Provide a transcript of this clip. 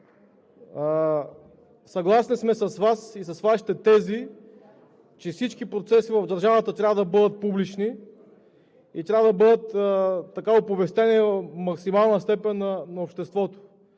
Съгласни сме с Вас и с Вашите тези, че всички процеси в държавата трябва да бъдат публични и трябва да бъдат оповестени в максимална степен на обществото.